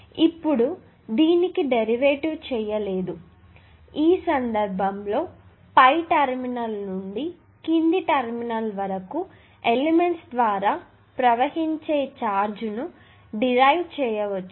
ఇప్పుడు దీనికి డెరివేటివ్ చేయలేదు ఈ సందర్భంలో పై టెర్మినల్ నుండి కింది టెర్మినల్ వరకు ఎలిమెంట్స్ ద్వారా ప్రవహించే ఛార్జ్ను డిరైవ్ చేయవొచ్చు